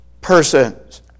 persons